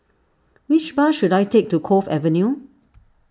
which bus should I take to Cove Avenue